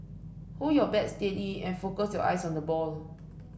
hold your bat steady and focus your eyes on the ball